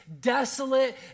desolate